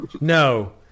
No